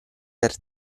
per